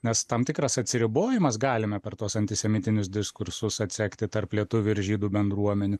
nes tam tikras atsiribojimas galime per tuos antisemitinius diskursus atsekti tarp lietuvių ir žydų bendruomenių